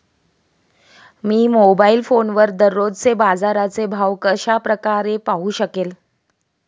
मी mobile फोनवर दररोजचे बाजाराचे भाव कशा प्रकारे पाहू शकेल?